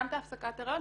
גם את הפסקת ההריון,